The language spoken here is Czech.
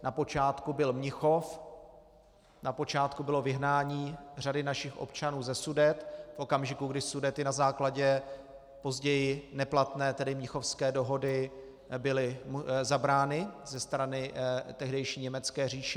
Na počátku byl Mnichov, na počátku bylo vyhnání řady našich občanů ze Sudet v okamžiku, kdy Sudety na základě později neplatné Mnichovské dohody byly zabrány ze strany tehdejší německé říše.